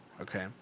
Okay